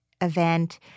event